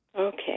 Okay